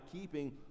keeping